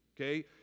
Okay